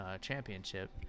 championship